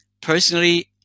Personally